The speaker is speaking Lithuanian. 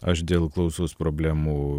aš dėl klausos problemų